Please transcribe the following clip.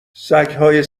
سگهای